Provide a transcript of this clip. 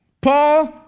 Paul